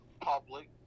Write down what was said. public